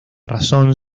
razón